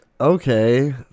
okay